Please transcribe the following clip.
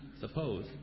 suppose